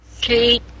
Kate